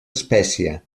espècie